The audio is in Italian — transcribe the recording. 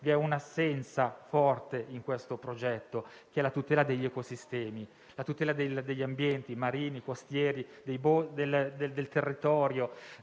vi è un'assenza forte in questo progetto, che è la tutela degli ecosistemi, la tutela degli ambienti marini, costieri, del territorio.